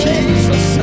Jesus